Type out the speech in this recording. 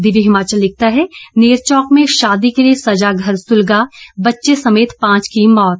दिव्य हिमाचल लिखता है नेरचौक में शादी के लिये सजा घर सुलगा बच्चे समेत पांच की मौत